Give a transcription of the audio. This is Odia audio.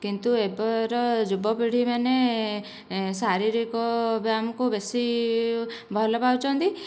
କିନ୍ତୁ ଏବେ ର ଯୁବପିଢ଼ି ମାନେ ଶାରିରୀକ ବ୍ୟାୟାମ କୁ ବେଶି ଭଲ ପାଉଛନ୍ତି